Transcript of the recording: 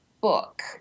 book